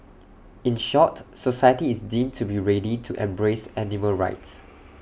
in short society is deemed to be ready to embrace animal rights